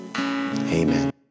Amen